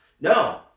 No